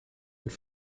mit